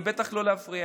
ובטח לא להפריע.